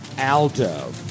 Aldo